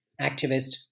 activist